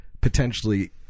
potentially